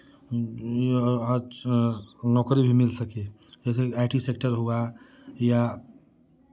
नौकरी भी मिल सके जैसे कि आई टी सेक्टर हुआ या